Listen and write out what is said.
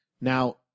Now